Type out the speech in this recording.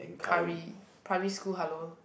curry primary school hello